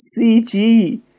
CG